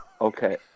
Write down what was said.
Okay